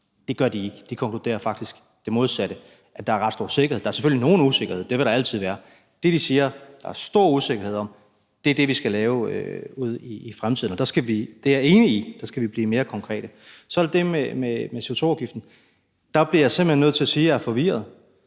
det gør de ikke. De konkluderer faktisk det modsatte, altså at der er ret stor sikkerhed. Der er selvfølgelig nogen usikkerhed; det vil der altid være. Det, de siger der er stor usikkerhed om, er det, vi skal lave ude i fremtiden. Og der skal vi – det er jeg enig i – blive mere konkrete. Så er der det med CO2-afgiften. Der bliver jeg simpelt hen nødt til at sige, at jeg er forvirret.